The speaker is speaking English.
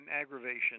aggravation